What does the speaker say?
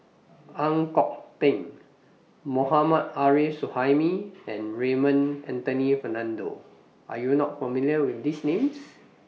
Ang Kok Peng Mohammad Arif Suhaimi and Raymond Anthony Fernando Are YOU not familiar with These Names